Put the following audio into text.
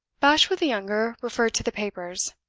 bashwood the younger referred to the papers.